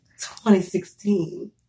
2016